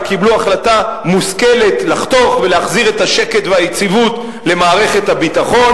וקיבלו החלטה מושכלת לחתוך ולהחזיר את השקט והיציבות למערכת הביטחון,